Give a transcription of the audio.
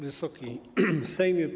Wysoki Sejmie!